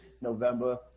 November